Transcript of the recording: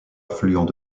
affluents